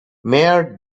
mayor